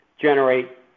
generate